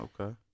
okay